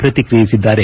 ಪ್ರತಿಕ್ರಿಯಿಸಿದ್ದಾರೆ